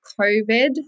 COVID